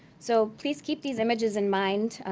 so please keep these images in mind,